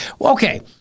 Okay